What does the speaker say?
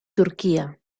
turquía